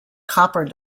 copper